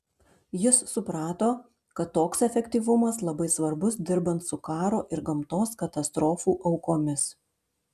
jis suprato kad toks efektyvumas labai svarbus dirbant su karo ir gamtos katastrofų aukomis